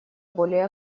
более